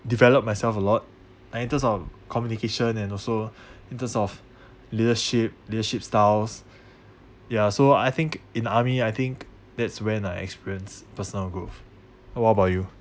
develop myself a lot in terms of communication and also in terms of leadership leadership styles ya so I think in army I think that's when I experience personal growth what about you